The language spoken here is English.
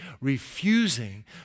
refusing